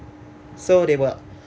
so they were